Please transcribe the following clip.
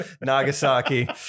Nagasaki